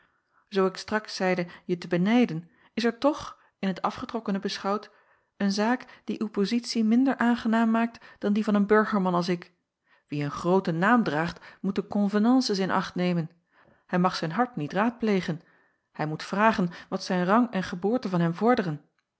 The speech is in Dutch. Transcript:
zoo ik straks zeide je te benijden is er toch in t afgetrokkene beschouwd eene zaak die uw pozitie minder aangenaam maakt dan die van een burgerman als ik wie een grooten naam draagt moet de convenances in acht nemen hij mag zijn hart niet raadplegen hij moet vragen wat zijn rang en geboorte van hem vorderen